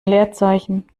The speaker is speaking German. leerzeichen